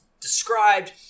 described